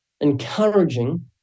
encouraging